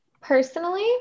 Personally